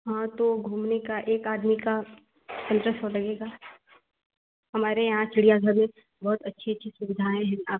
हाँ तो घूमने का एक आदमी का पंद्रह सौ लगेगा हमारे यहाँ चिड़ियाघर में बहुत अच्छी अच्छी सुविधाएँ हैं आप